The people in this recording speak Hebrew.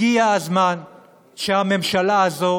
הגיע הזמן שהממשלה הזו